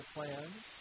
Plans